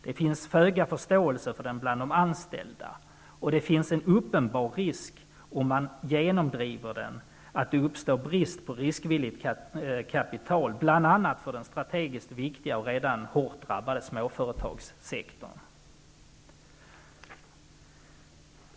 Det finns föga förståelse för den bland de anställda, och det finns en uppenbar risk, om man genomdriver den, att det blir brist på riskvilligt kapital, bl.a. för den strategiskt viktiga och redan hårt drabbade småföretagssektorn.